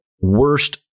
worst